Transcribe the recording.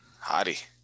Hottie